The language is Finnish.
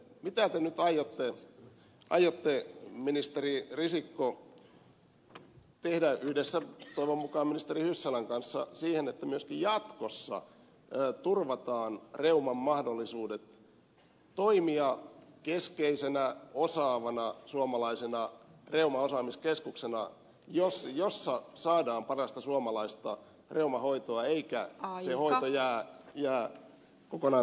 mitä te nyt aiotte ministeri risikko tehdä toivon mukaan yhdessä ministeri hyssälän kanssa siinä että myöskin jatkossa turvataan reuman mahdollisuudet toimia keskeisenä osaavana suomalaisena reumaosaamiskeskuksena jossa saadaan parasta suomalaista reumahoitoa eikä se hoito jää kokonaan tyhjän päälle